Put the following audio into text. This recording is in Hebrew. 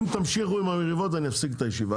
אם תמשיכו עם המריבות אני אפסיק את הישיבה.